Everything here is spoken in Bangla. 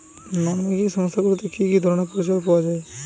নন ব্যাঙ্কিং সংস্থা গুলিতে কি কি ধরনের পরিসেবা পাওয়া য়ায়?